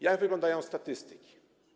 Jak wyglądają statystyki?